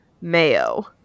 mayo